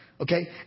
Okay